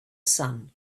sun